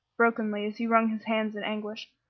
brokenly, as he wrung his hands in anguish.